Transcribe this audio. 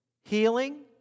healing